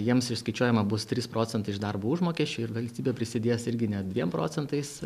jiems išskaičiuojama bus trys procentai iš darbo užmokesčio ir valstybė prisidės irgi net dviem procentais